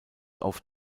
auf